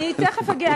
אני תכף אגיע.